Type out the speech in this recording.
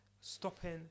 stopping